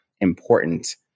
important